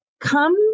come